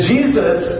Jesus